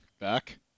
back